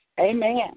Amen